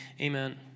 Amen